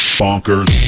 bonkers